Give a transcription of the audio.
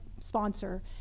sponsor